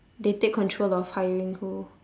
they take control of hiring who